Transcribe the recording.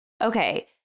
okay